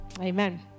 Amen